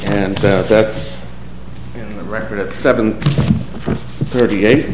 and that's a record at seven thirty eight